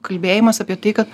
kalbėjimas apie tai kad